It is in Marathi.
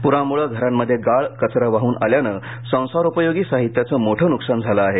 पुरामुळे घरांमध्ये गाळ कचरा वाहून आल्याने संसारोपयोगी साहित्याचे मोठे नुकसान झाले आहे